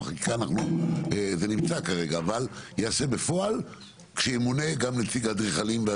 בחקיקה זה נמצא כרגע אבל ייעשה בפועל כשימונה גם נציג האדריכלים,